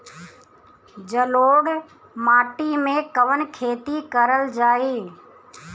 जलोढ़ माटी में कवन खेती करल जाई?